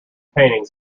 paintings